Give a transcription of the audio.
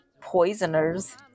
poisoners